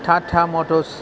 Tata Motors